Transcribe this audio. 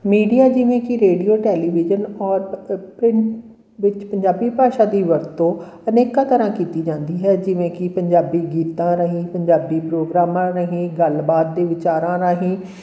media ਜਿਵੇਂ ਕਿ radio television ਔਰ ਪਿੰਡ ਵਿੱਚ ਪੰਜਾਬੀ ਭਾਸ਼ਾ ਦੀ ਵਰਤੋਂ ਅਨੇਕਾਂ ਤਰ੍ਹਾਂ ਕੀਤੀ ਜਾਂਦੀ ਹੈ ਜਿਵੇਂ ਕਿ ਪੰਜਾਬੀ ਗੀਤਾਂ ਰਾਹੀਂ ਪੰਜਾਬੀ ਪ੍ਰੋਗਰਾਮਾਂ ਰਾਹੀਂ ਗੱਲਬਾਤ ਅਤੇ ਵਿਚਾਰਾਂ ਰਾਹੀਂ